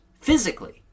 physically